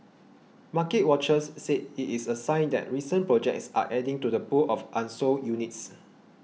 market watchers said it is a sign that recent projects are adding to the pool of unsold units